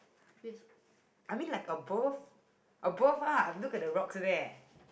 with